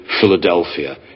Philadelphia